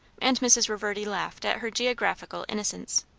and mrs. reverdy laughed at her geographical innocence.